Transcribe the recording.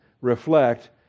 reflect